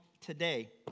today